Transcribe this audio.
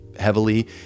Heavily